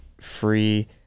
free